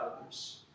others